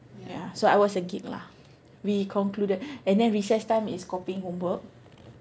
ya so I was a geek lah we concluded and then recess time is copying homework